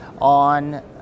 on